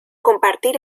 compartir